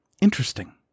Interesting